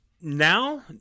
now